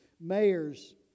mayors